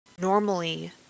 normally